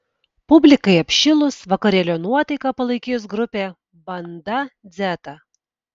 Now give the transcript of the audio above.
publikai apšilus vakarėlio nuotaiką palaikys grupė banda dzeta